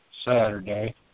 Saturday